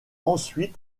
ensuite